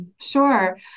Sure